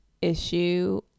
issue